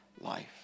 life